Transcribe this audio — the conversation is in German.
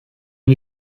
wir